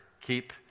keep